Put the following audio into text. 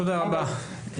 תודה רבה.